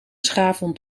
schaafwond